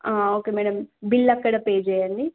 okay madam bill అక్కడ pay చేయండి